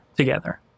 together